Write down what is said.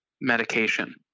medication